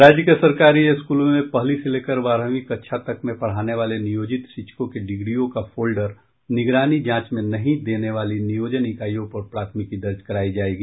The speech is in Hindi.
राज्य के सरकारी स्कूलों की पहली से लेकर बारहवीं कक्षा तक में पढ़ाने वाले नियोजित शिक्षकों के डिग्रियों का फोल्डर निगरानी जांच में नहीं देने वाली नियोजन इकाइयों पर प्राथमिकी दर्ज करायी जायेगी